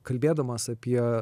kalbėdamas apie